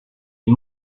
les